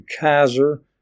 Kaiser